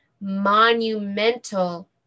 monumental